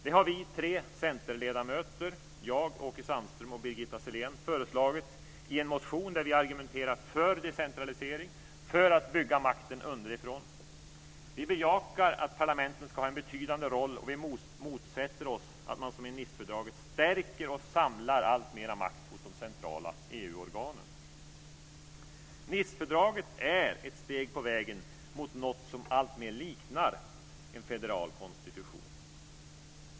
Det har tre centerledamöter - jag, Åke Sandström och Birgitta Sellén - föreslagit i en motion där vi har argumenterat för decentralisering, för att bygga makten underifrån. Vi bejakar att parlamenten ska ha en betydande roll och vi motsätter oss att man som i Nicefördraget stärker och samlar alltmer makt hos de centrala EU-organen. Nicefördraget är ett steg på vägen mot något som alltmer liknar en federal konstitution.